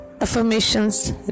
Affirmations